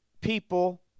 people